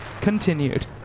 continued